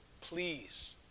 please